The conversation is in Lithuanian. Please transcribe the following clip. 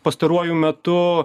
pastaruoju metu